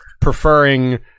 preferring